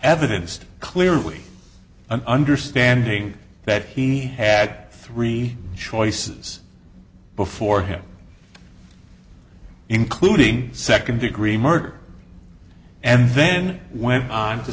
evidence clearly an understanding that he had three choices before him including second degree murder and then went on to